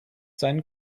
sein